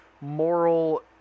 moral